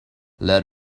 let